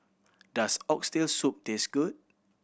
does Oxtail Soup taste good